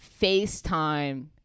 Facetime